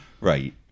Right